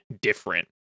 different